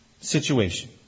situation